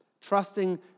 trusting